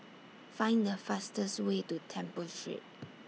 Find The fastest Way to Temple Street